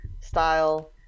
style